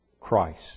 Christ